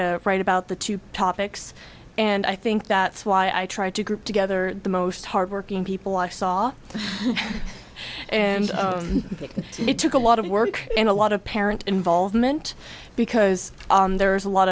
to write about the two topics and i think that's why i tried to group together the most hardworking people i saw and it took a lot of work and a lot of parent involvement because there is a lot